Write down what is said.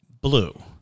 blue